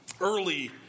early